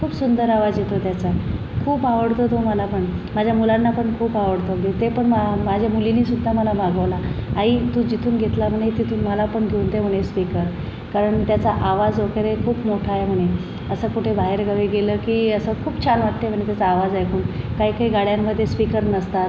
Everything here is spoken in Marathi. खूप सुंदर आवाज येतो त्याचा खूप आवडतो तो मला पण माझ्या मुलांना पण खूप आवडतो अगदी ते पण म माझे मुलीनी सुद्धा मला मागवला आई तू जिथून घेतला म्हणे तिथून मला पण घेऊन दे म्हणे स्पीकर कारण त्याचा आवाज वगैरे खूप मोठा आहे म्हणे असं कुठे बाहेरगावी गेलं की असं खूप छान वाटते म्हणे त्याचा आवाज ऐकून काही काही गाड्यांमध्ये स्पीकर नसतात